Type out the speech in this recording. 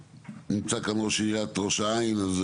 נמצא כאן ראש עיריית ראש העין.